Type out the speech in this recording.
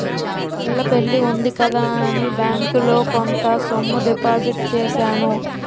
పిల్ల పెళ్లి ఉంది కదా అని బ్యాంకులో కొంత సొమ్ము డిపాజిట్ చేశాను